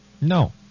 No